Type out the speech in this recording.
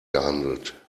gehandelt